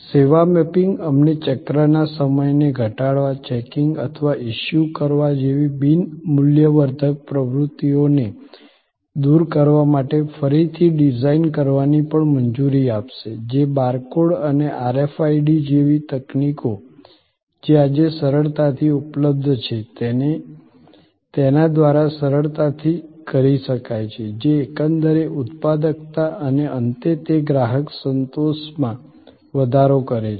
સેવા મેપિંગ અમને ચક્રના સમયને ઘટાડવા ચેકિંગ અથવા ઇશ્યૂ કરવા જેવી બિન મૂલ્યવર્ધક પ્રવૃત્તિઓને દૂર કરવા માટે ફરીથી ડિઝાઇન કરવાની પણ મંજૂરી આપશે જે બાર કોડ અને RFID જેવી તકનીકો જે આજે સરળતાથી ઉપલબ્ધ છે તેના દ્વારા સરળતાથી કરી શકાય છે જે એકંદરે ઉત્પાદકતા અને અંતે તે ગ્રાહક સંતોષમાં વધારો કરે છે